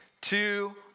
two